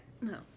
No